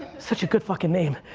such a good fucking name.